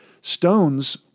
Stones